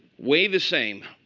weigh the same,